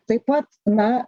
taip pat na